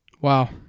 Wow